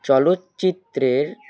চলচ্চিত্রের